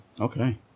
Okay